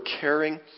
caring